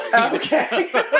Okay